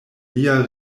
lia